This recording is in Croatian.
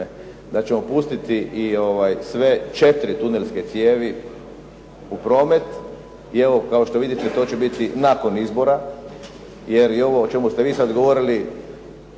tjednu pustiti i sve četiri tunelske cijevi u promet i evo, kao što vidite, to će biti nakon izbora jer i ovo o čemu ste vi sad govorili,